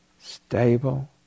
stable